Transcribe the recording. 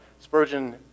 Spurgeon